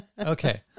Okay